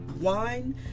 wine